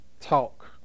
talk